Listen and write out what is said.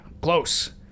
close